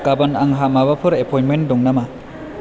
गाबोन आंहा माबाफोर एपयेन्टमेन्ट दं नामा